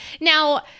Now